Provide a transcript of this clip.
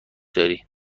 داری